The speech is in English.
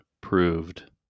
proved